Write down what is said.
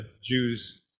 jews